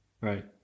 Right